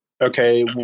Okay